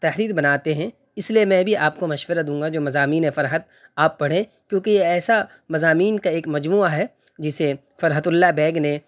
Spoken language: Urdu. تحریر بناتے ہیں اس لیے میں بھی آپ کو مشورہ دوں گا جو مضامین فرحت آپ پڑھیں کیونکہ یہ ایسا مضامین کا ایک مجموعہ ہے جسے فرحت اللہ بیگ نے